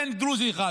אין דרוזי אחד.